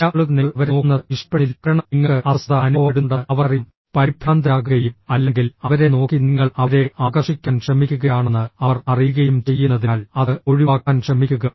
ചില ആളുകൾ നിങ്ങൾ അവരെ നോക്കുന്നത് ഇഷ്ടപ്പെടുന്നില്ല കാരണം നിങ്ങൾക്ക് അസ്വസ്ഥത അനുഭവപ്പെടുന്നുണ്ടെന്ന് അവർക്കറിയാം പരിഭ്രാന്തരാകുകയും അല്ലെങ്കിൽ അവരെ നോക്കി നിങ്ങൾ അവരെ ആകർഷിക്കാൻ ശ്രമിക്കുകയാണെന്ന് അവർ അറിയുകയും ചെയ്യുന്നതിനാൽ അത് ഒഴിവാക്കാൻ ശ്രമിക്കുക